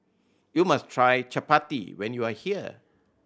you must try Chapati when you are here